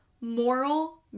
Moral